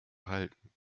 halten